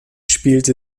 spielte